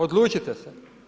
Odlučite se.